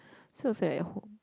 so it feel like home